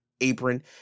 apron